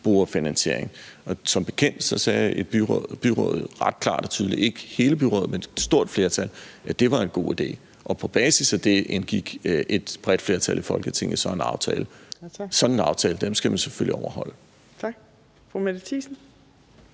brugerfinansiering. Som bekendt sagde byrådet ret klart og tydeligt – det var ikke hele byrådet, men et stort flertal – at det var en god idé. Og på basis af det indgik et bredt flertal i Folketinget så en aftale. Sådan en aftale skal man selvfølgelig overholde. Kl. 21:53 Fjerde